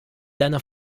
deiner